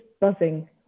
buzzing